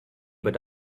but